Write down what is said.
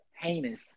heinous